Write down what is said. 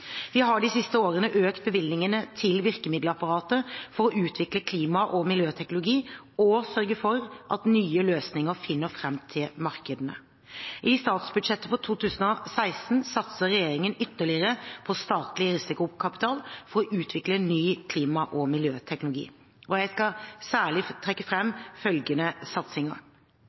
Vi har de siste årene økt bevilgningene til virkemiddelapparatet for å utvikle klima- og miljøteknologi og sørge for at nye løsninger finner fram til markedene. I statsbudsjettet for 2016 satser regjeringen ytterligere på statlig risikokapital for å utvikle ny klima- og miljøteknologi. Jeg vil særlig trekke